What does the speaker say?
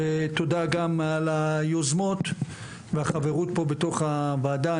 ותודה גם על היוזמות והחברות פה בתוך הוועדה.